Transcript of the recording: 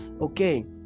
Okay